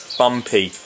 bumpy